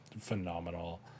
phenomenal